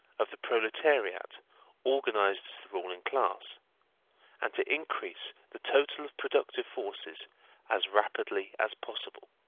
of the proletariat organised as the ruling class and to increase the total of productive forces as rapidly as possible.